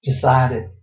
decided